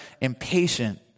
impatient